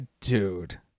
dude